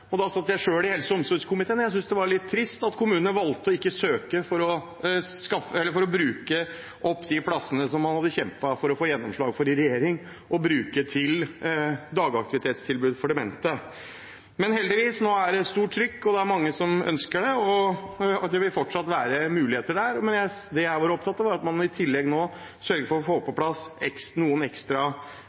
søkere. Da satt jeg selv i helse- og omsorgskomiteen, og jeg syntes det var litt trist at kommunene ikke valgte å søke og bruke de plassene som man i regjering hadde kjempet for å få gjennomslag for som dagaktivitetstilbud for demente. Men nå er det heldigvis et stort trykk. Det er mange som ønsker plass, og det vil fortsatt være muligheter der. Men det jeg var opptatt av, var at man i tillegg må sørge for å få på plass noen ekstra